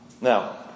Now